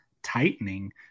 tightening